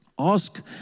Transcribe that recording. Ask